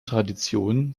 tradition